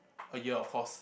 a year of course